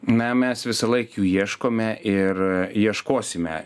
na mes visą laik jų ieškome ir ieškosime